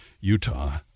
utah